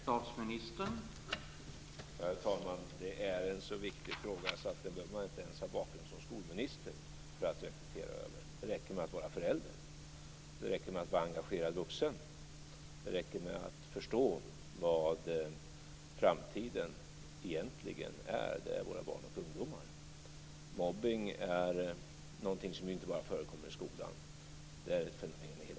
Herr talman! Detta är en så viktig fråga att man inte behöver ha en bakgrund som skolminister för att reflektera över den. Det räcker med att vara förälder, att vara engagerad vuxen och att förstå vad framtiden egentligen är, att den är våra barn och ungdomar. Mobbning är något som förekommer inte bara i skolan. Detta fenomen finns i hela samhället.